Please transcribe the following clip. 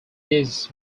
this